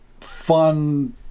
fun